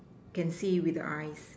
can see with the eyes